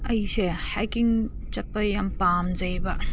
ꯑꯩꯁꯦ ꯍꯥꯏꯛꯀꯤꯡ ꯆꯠꯄ ꯌꯥꯝ ꯄꯥꯝꯖꯩꯕ